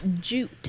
Jute